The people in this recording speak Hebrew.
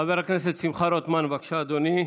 חבר הכנסת שמחה רוטמן, בבקשה, אדוני.